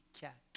cat